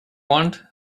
want